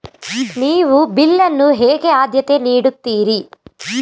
ನೀವು ಬಿಲ್ ಅನ್ನು ಹೇಗೆ ಆದ್ಯತೆ ನೀಡುತ್ತೀರಿ?